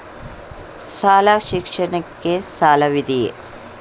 ಶಾಲಾ ಶಿಕ್ಷಣಕ್ಕೆ ಸಾಲವಿದೆಯೇ?